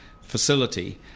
facility –